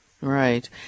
Right